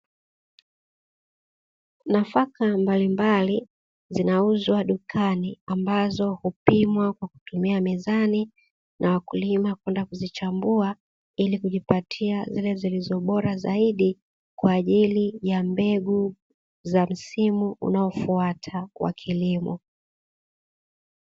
Nafaka mbalimbali zinauzwa dukani, ambazo hupimwa kwa kutumia mizani na wakulima kwenda kuzichambua ili kujipatia zile zilizo bora zaidi kwa ajili ya mbegu za msimu unaofata wa kilimo.